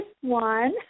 one